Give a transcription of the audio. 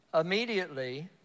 Immediately